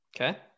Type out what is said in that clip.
Okay